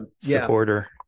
supporter